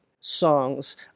songs